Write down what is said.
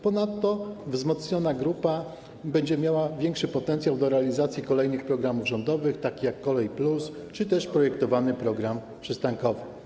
Ponadto wzmocniona grupa będzie miała większy potencjał w zakresie realizacji kolejnych programów rządowych, takich jak „Kolej+” czy też projektowany program przystankowy.